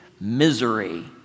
misery